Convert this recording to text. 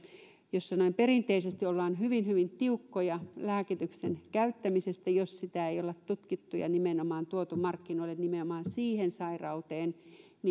noin perinteisesti ollaan hyvin hyvin tiukkoja lääkityksen käyttämisessä eli jos sitä ei olla tutkittu ja tuotu markkinoille nimenomaan siihen sairauteen